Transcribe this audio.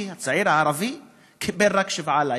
הצעיר הערבי קיבל רק שבעה לייקים,